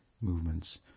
movements